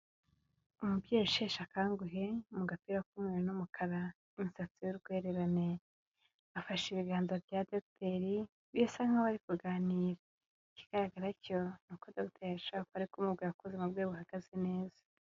Umubyeyi usheshe akanguhe mu gapira k'umweru n'umukara, umusatsi w'urwererane. Afashe ibiganza bya Dogiteri, birasa nkaho ari kuganira. Ikigaragara cyo ni uko Dogiteri ashobora kuba ari kumubwira ko ubuzima bwe buhagaze neza.